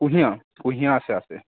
কুঁহিয়াৰ কুঁহিয়াৰ আছে আছে